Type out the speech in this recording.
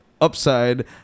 upside